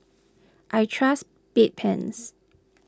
I trust Bedpans